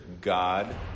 God